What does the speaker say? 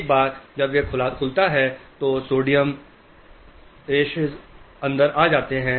एक बार जब यह खुलता है तो सोडियम रशेस अंदर आ जाता है